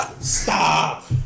Stop